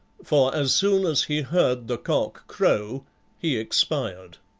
for as soon as he heard the cock crow he expired.